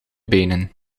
benen